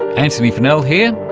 antony funnell here,